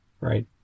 right